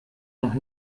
noch